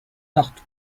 tartu